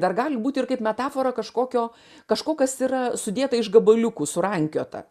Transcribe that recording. dar gali būt ir kaip metafora kažkokio kažko kas yra sudėta iš gabaliukų surankiota